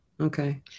Okay